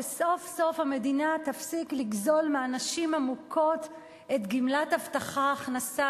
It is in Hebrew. שסוף-סוף המדינה תפסיק לגזול מהנשים המוכות את גמלת הבטחת הכנסה,